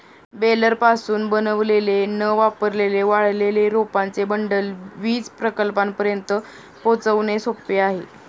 बेलरपासून बनवलेले न वापरलेले वाळलेले रोपांचे बंडल वीज प्रकल्पांपर्यंत पोहोचवणे सोपे आहे